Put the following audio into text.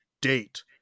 date